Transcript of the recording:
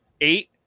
eight